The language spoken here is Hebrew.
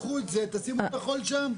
קחו את זה, תשימו את החול שם.